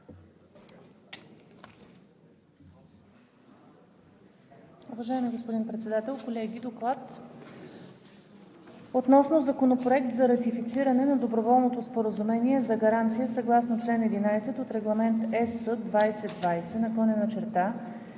Уважаеми господин Председател, колеги! „ДОКЛАД относно Законопроект за ратифициране на Доброволното споразумение за гаранция съгласно чл. 11 от Регламент (ЕС) 2020/672 на Съвета